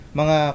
mga